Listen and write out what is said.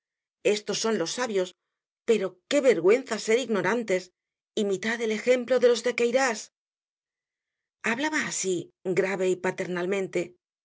estos son los sabios pero qué vergüenza ser ignorantes imitad el ejemplo de los de queyras content from google book search generated at hablaba así grave y